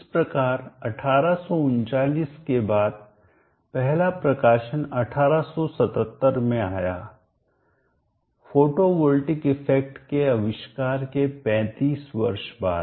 इस प्रकार 1839 के बाद पहला प्रकाशन 1877 में आया फोटोवॉल्टिक इफेक्ट के आविष्कार के 35 वर्ष बाद